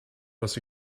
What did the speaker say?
was